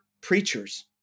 preachers